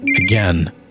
Again